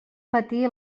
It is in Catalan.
patir